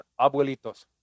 Abuelitos